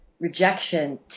rejection